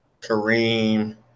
Kareem